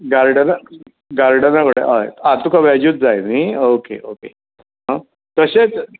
गार्डना गार्डना कडेन हय आ तुका वॅजूत जाय न्ही ओके ओके आ तशेंत